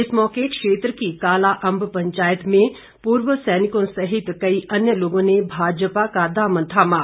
इस मौके क्षेत्र की कालाअंब पंचायत में पूर्व सैनिकों सहित कई अन्य लोगों ने भाजपा का दामन थामा